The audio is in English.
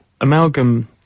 amalgam